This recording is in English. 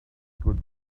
good